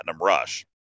rush